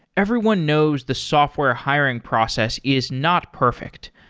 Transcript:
everyone knows the software hiring process is not perfect.